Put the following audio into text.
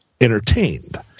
entertained